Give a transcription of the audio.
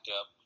up